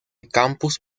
campus